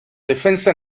defensa